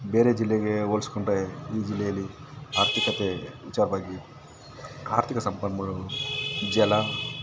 ಬೇರೆ ಜಿಲ್ಲೆಗೆ ಹೋಲಿಸ್ಕೊಂಡ್ರೆ ಈ ಜಿಲ್ಲೆಯಲ್ಲಿ ಆರ್ಥಿಕತೆ ವಿಚಾರವಾಗಿ ಆರ್ಥಿಕ ಸಂಪನ್ಮೂಲಗಳು ಜಲ